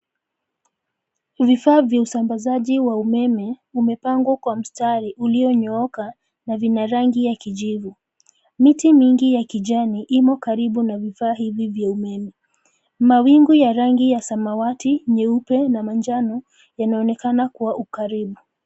Vifaa vya usambazaji wa umeme umepangwa kwa mstari ulionyooka na vina rangi ya kijivu miti mingi ya kijani imo karibu na vifaa hivi vya umeme. Mawingu ya rangi ya samawati, nyeupe na manjano yanaonekana kuwa ukaribu.